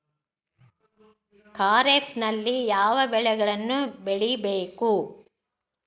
ಖಾರೇಫ್ ನಲ್ಲಿ ಯಾವ ಬೆಳೆಗಳನ್ನು ಬೆಳಿಬೇಕು?